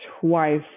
twice